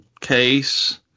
case